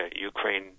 Ukraine